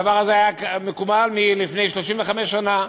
הדבר הזה היה מקובל לפני 35 שנה,